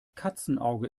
katzenauge